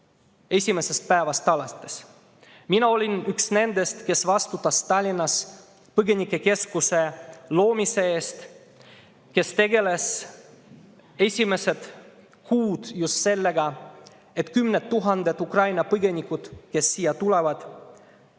esimesest päevast alates. Mina olin üks nendest, kes vastutas Tallinnas põgenikekeskuse loomise eest, kes tegeles esimestel kuudel just sellega, et kümned tuhanded Ukraina põgenikud, kes siia tulevad,